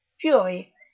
fury